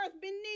beneath